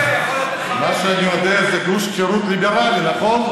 מה שאני יודע זה גוש חרות ליברלי, נכון?